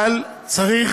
אבל צריך,